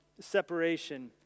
separation